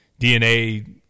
DNA